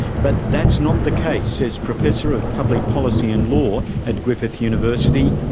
but that's not the case, says professor of public policy and law at griffith university,